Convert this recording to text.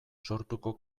sortuko